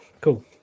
Cool